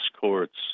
courts